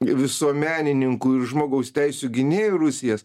visuomenininkų ir žmogaus teisių gynėjų rusijas